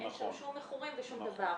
אין שם שום מכורים ושום דבר.